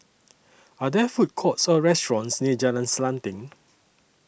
Are There Food Courts Or restaurants near Jalan Selanting